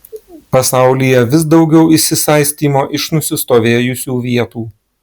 pasaulyje vis daugiau išsisaistymo iš nusistovėjusių vietų